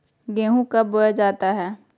गेंहू कब बोया जाता हैं?